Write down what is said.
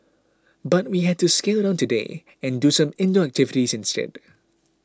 but we had to scale down today and do some indoor activities instead